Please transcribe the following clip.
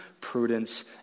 prudence